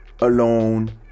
alone